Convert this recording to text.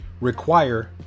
require